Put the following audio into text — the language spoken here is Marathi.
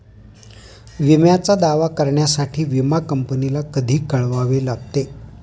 विम्याचा दावा करण्यासाठी विमा कंपनीला कधी कळवावे लागते?